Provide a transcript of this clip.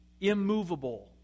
immovable